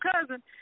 cousin